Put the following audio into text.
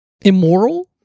immoral